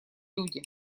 люди